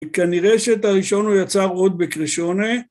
כנראה שאת הראשון הוא יצר עוד בקרישוני.